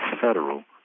federal